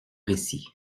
récit